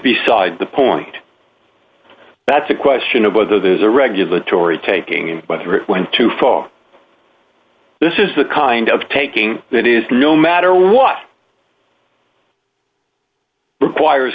beside the point that's a question of whether there's a regulatory taking and whether it went too far this is the kind of taking it is no matter what